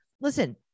Listen